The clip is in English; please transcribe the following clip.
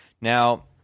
Now